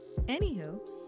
Anywho